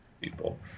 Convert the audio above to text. people